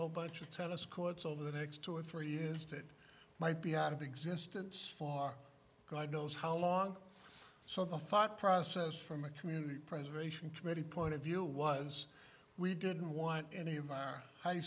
whole bunch of tennis courts over the next two or three years that might be out of existence far god knows how long so the thought process from a community preservation committee point of view was we didn't want any of our high